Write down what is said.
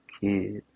kids